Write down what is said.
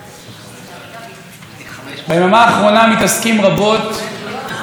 בידיא שבשומרון שנהרגה מפיגוע אבנים.